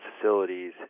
facilities